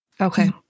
Okay